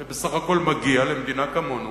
הרי בסך הכול מגיע למדינה כמונו,